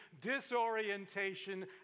disorientation